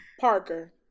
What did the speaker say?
Parker